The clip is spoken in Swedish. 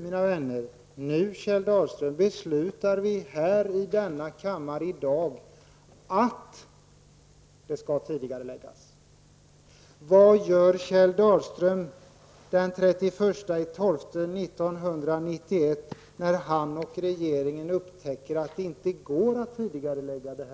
Men, Kjell Dahlström, vi beslutar nu i denna kammare i dag att det hela skall tidigareläggas. Vad gör Kjell Dahlström den 31 december 1991 när han och regeringen upptäcker att det inte går att genomföra en tidigareläggning?